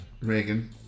Reagan